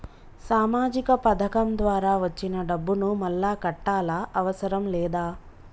సామాజిక పథకం ద్వారా వచ్చిన డబ్బును మళ్ళా కట్టాలా అవసరం లేదా?